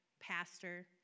pastor